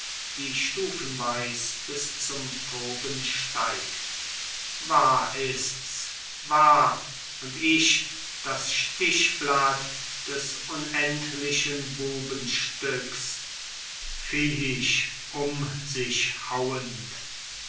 die stufenweis bis zum toben steigt wahr ists wahr und ich das stichblatt des unendlichen bubenstücks viehisch um sich hauend